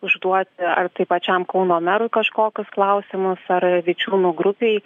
užduoti ar tai pačiam kauno merui kažkokius klausimus ar vičiūnų grupei